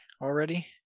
already